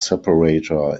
separator